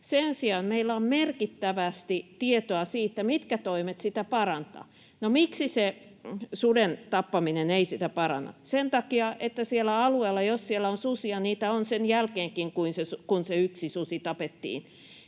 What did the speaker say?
Sen sijaan meillä on merkittävästi tietoa siitä, mitkä toimet sitä parantavat. No miksi se suden tappaminen ei sitä paranna? Sen takia, että jos siellä alueella on susia, niitä on sen jälkeenkin, kun se yksi susi tapettiin.